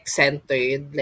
centered